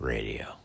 Radio